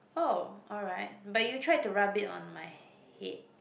oh alright but you tried to rub it on my head